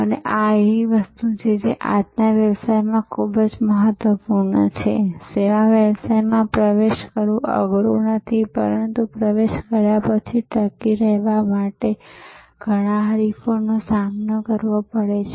અને આ એવી વસ્તુ છે જે આજના વ્યવસાયમાં ખૂબ જ મહત્વપૂર્ણ છે સેવા વ્યવસાય માં પ્રવેશ કરવું અઘરું નથી પણ પ્રવેશ કર્યા પછી ટકી રેહવા માટે ઘણા હરીફો નો સામનો કરવો પડે છે